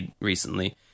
recently